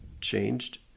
changed